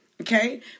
okay